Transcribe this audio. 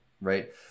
right